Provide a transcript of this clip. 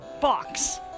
box